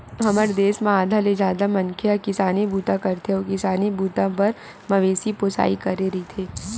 हमर देस म आधा ले जादा मनखे ह किसानी बूता करथे अउ किसानी बूता बर मवेशी पोसई करे रहिथे